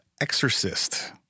exorcist